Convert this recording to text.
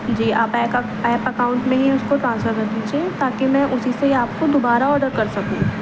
جی آپ app account میں ہی اس کو ٹرانسفر کر دیجیے تاکہ میں اسی سے ہی آپ کو دوبارہ آڈر کر سکوں